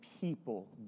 people